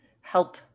help